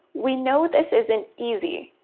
we know this isn't easy.